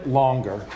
longer